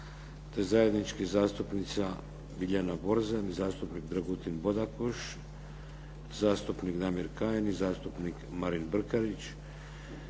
zajednički zastupnica Biljana Borzan i zastupnik Dragutin Bodakoš, zastupnik Damir Kajin i zastupnik Marin Brkarić.